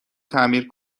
تعمیر